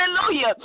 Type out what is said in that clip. Hallelujah